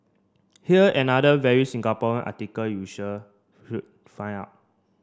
here another very Singapore article you should find out